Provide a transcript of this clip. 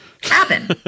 cabin